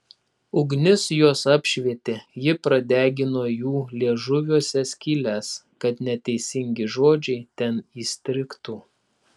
ugnis juos apšvietė ji pradegino jų liežuviuose skyles kad neteisingi žodžiai ten įstrigtų